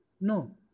No